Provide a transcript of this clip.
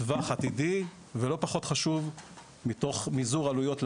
טווח עתידי ולא פחות חשוב מתוך מזעור עלויות למשק.